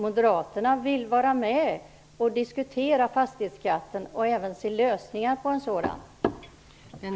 Moderaterna vill vara med och diskutera fastighetsskatten och även finna lösningar för den.